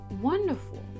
Wonderful